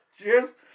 cheers